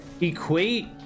equate